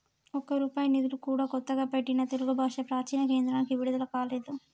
ఒక్క రూపాయి నిధులు కూడా కొత్తగా పెట్టిన తెలుగు భాషా ప్రాచీన కేంద్రానికి విడుదల కాలేదు